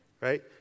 Right